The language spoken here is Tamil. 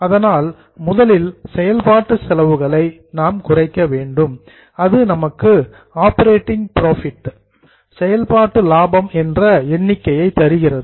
அதனால் முதலில் செயல்பாட்டு செலவுகளை நாம் குறைக்க வேண்டும் அது நமக்கு ஆப்பரேட்டிங் புரோஃபிட் செயல்பாட்டு லாபம் என்ற எண்ணிக்கையை தருகிறது